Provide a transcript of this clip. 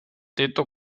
tetto